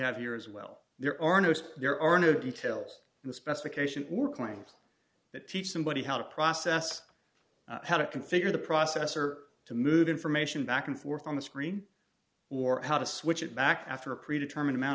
have here as well there are no there are new details in the specification or claims that teach somebody how to process how to configure the processor to move information back and forth on the screen or how to switch it back after a pre determined amount